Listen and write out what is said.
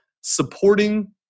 supporting